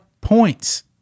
points